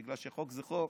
בגלל שחוק זה חוק,